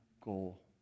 goal